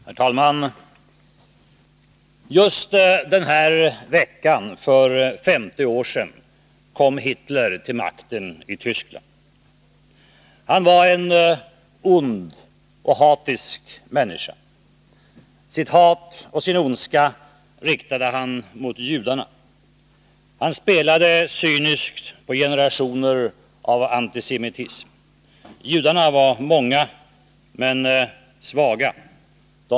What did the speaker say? Herr talman! Just den här veckan för 50 år sedan kom Hitler till makten i Tyskland. Han var en ond och hatisk människa. Sitt hat och sin ondska riktade han mot judarna. Han spelade cyniskt på generationers antisemitism. Judarna var många, men svaga.